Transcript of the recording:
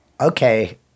okay